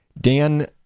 Dan